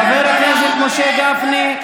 חבר הכנסת משה גפני.